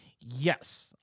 Yes